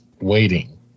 waiting